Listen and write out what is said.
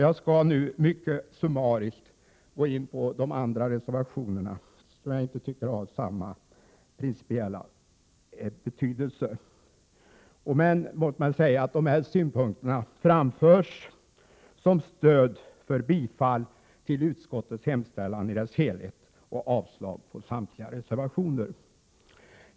Jag skall nu mycket summariskt gå in på de andra reservationerna, som jag inte tycker har samma principiella betydelse. Låt mig säga att de här synpunkterna framförs som stöd för bifall till utskottets hemställan i dess helhet och avslag på samtliga reservationer.